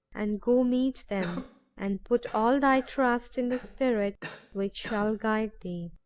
and go meet them and put all thy trust in the spirit which shall guide thee